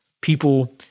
people